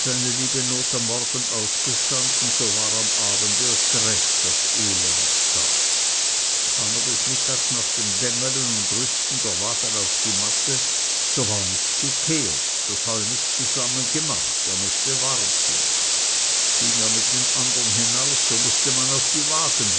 seine liebe not am morgen ausgestanden so war am abend erst das rechte elend da kam er des mittags nach dem dängelen und rüsten der wagen auf die matte so war nicht gekehrt das heu nicht zusammengemacht er mußte warten ging er mit den andern hinaus so mußte man auf die wagen